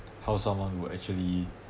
how someone will actually